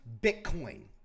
Bitcoin